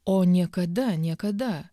o niekada niekada